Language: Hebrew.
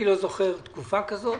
זוכר תקופה כזאת